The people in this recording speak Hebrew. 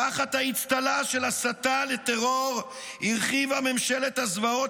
תחת האצטלה של הסתה לטרור הרחיבה ממשלת הזוועות